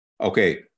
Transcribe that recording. Okay